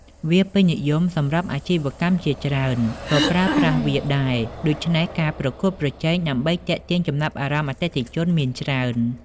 វាពេញនិយមសម្រាប់អាជីវកម្មជាច្រើនក៏ប្រើប្រាស់វាដែរ ដូច្នេះការប្រកួតប្រជែងដើម្បីទាក់ទាញចំណាប់អារម្មណ៍អតិថិជនមានច្រើន។